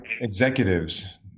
executives